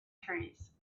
trees